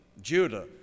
Judah